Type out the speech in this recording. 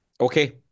Okay